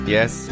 Yes